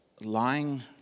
lying